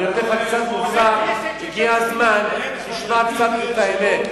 אני נותן לך קצת מוסר, הגיע הזמן שתשמע את האמת.